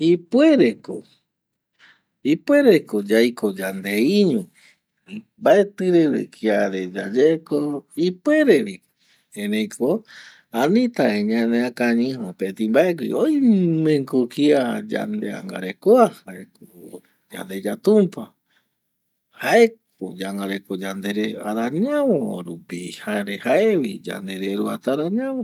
Ipuere ko, ipuere ko yaiko yandeiño mbaetɨ reve kia re yayeko, ipuere vi ko erei ko anita vi ñaneakañɨ mopeti mbae gui, oime ko kia yaneangarekoa jaeko yandeya tumpa, jaeko oyangareko yandere arañavo va rupi jare jae vi yandereruata ara ñavo